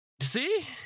See